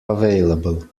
available